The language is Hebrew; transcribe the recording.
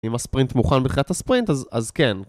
אם הספרינט מוכן בתחילת הספרינט, אז כן.